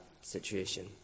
situation